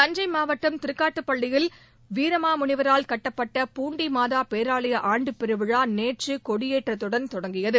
தஞ்சை மாவட்டம் திருக்காட்டுப்பள்ளியில் வீரமா முனிவரால் கட்டப்பட்ட பூண்டி மாதா பேராலய ஆண்டு பெருவிழா நேற்று கொடியேற்றத்துடன் தொடங்கியது